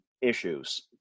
issues –